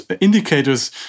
indicators